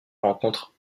rencontrent